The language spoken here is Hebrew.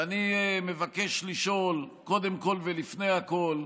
ואני מבקש לשאול, קודם כול ולפני הכול,